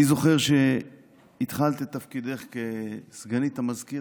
אני זוכר שהתחלת את תפקידך כסגנית המזכיר.